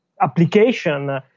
application